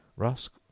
rusk,